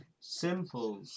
Simple